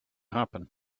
happen